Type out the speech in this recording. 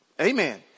Amen